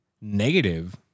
negative